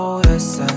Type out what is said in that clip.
yes